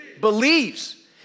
Believes